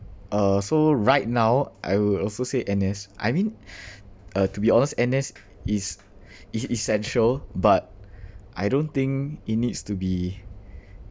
uh so right now I would also say N_S I mean uh to be honest N_S is is e~ essential but I don't think it needs to be